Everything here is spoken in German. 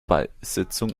beisetzung